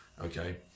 okay